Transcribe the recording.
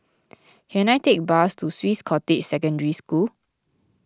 can I take bus to Swiss Cottage Secondary School